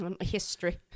history